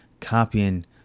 copying